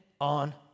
on